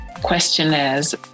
questionnaires